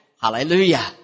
Hallelujah